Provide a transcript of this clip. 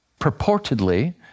purportedly